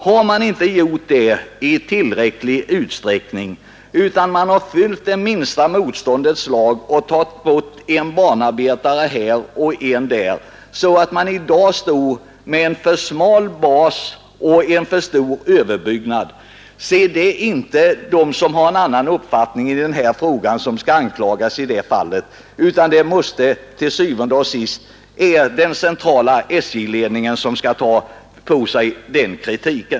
Har man inte gjort det i tillräcklig utsträckning utan följt minsta motståndets lag och tagit bort en banarbetare här och en där, så att man i dag står med en för smal bas och en för stor överbyggnad, så är det inte de som har en annan uppfattning i den frågan som skall anklagas för det; den kritiken måste til syvende og sidst den centrala SJ-ledningen ta på sig.